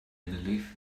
believe